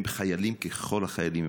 הם חיילים ככל החיילים,